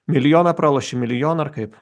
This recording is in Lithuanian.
milijoną praloši milijonąar kaip